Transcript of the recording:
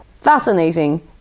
fascinating